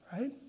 right